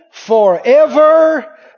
Forever